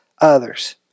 others